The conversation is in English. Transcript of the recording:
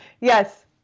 Yes